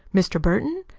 mr. burton?